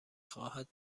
خواهد